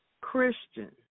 Christian